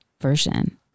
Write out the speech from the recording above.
version